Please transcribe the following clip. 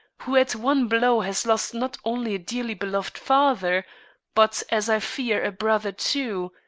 who at one blow has lost not only a dearly beloved father but, as i fear, a brother too,